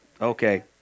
Okay